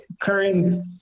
current